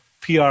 PR